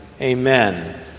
Amen